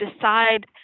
decide